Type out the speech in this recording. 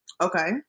Okay